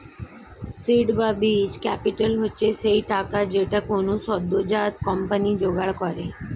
seed বা বীজ capital হচ্ছে সেই টাকাটা যেইটা কোনো সদ্যোজাত কোম্পানি জোগাড় করে